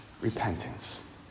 repentance